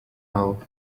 now